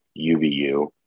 UVU